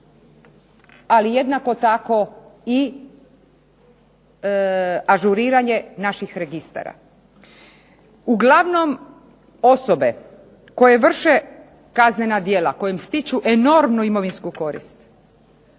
ali jednako tako i ažuriranje naših registara. Uglavnom osobe koje vrše kaznena djela kojim stiču enormnu imovinsku korist,